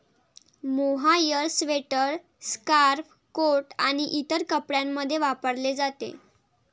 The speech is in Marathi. मोहायर स्वेटर, स्कार्फ, कोट आणि इतर कपड्यांमध्ये वापरले जाते